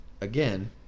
again